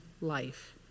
life